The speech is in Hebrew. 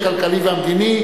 הכלכלי והמדיני,